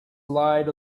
lied